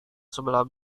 sebelah